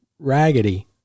raggedy